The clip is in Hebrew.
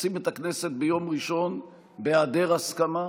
מכנסים את הכנסת ביום ראשון בהיעדר הסכמה,